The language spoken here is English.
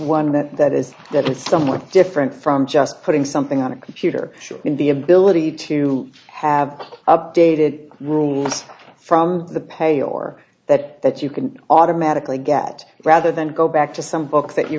one that is that it's somewhat different from just putting something on a computer in the ability to have updated rules from the pay or that that you can automatically get rather than go back to some book that you